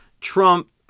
Trump